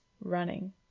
running